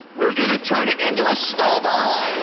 we're gonna turn it into a snow ball! i